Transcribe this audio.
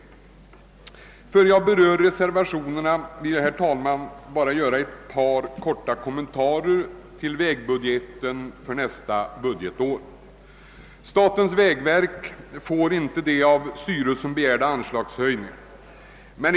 Innan jag berör reservationerna vill jag, herr talman, endast göra några korta kommentarer till vägbudgeten för nästa budgetår. Statens vägverk får inte de av styrelsen begärda anslagshöjningarna.